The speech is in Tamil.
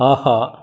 ஆஹா